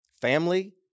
family